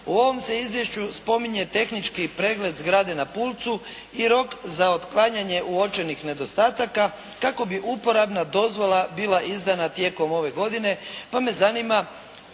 u ovom se izvješću spominje tehnički pregled zgrade na "Pulcu" i rok za otklanjanje uočenih nedostataka kako bi uporabna dozvola bila izdana tijekom ove godine pa me zanima